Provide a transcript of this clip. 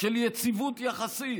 של יציבות יחסית.